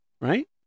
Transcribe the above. right